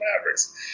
Mavericks